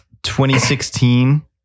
2016